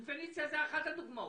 פניציה זו אחת הדוגמאות.